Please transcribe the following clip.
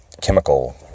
chemical